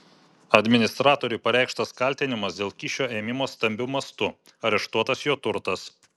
administratoriui pareikštas kaltinimas dėl kyšio ėmimo stambiu mastu areštuotas jo turtas